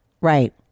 Right